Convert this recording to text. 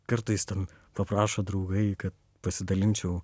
kartais ten paprašo draugai kad pasidalinčiau